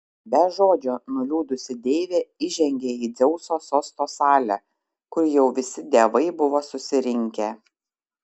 be žodžio nuliūdusi deivė įžengė į dzeuso sosto salę kur jau visi dievai buvo susirinkę